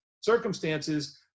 circumstances